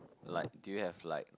like do you have like